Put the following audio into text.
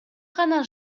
гана